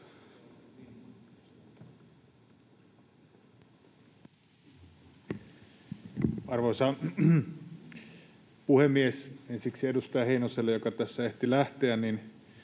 Arvoisa puhemies! Ensiksi edustaja Heinoselle, joka tässä ehti lähteä: Olen